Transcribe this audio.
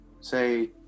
say